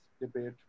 Debate